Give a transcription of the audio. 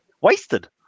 wasted